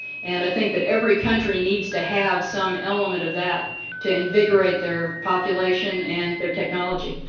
and i think that every country needs to have some element of that to invigorate their population and their technology.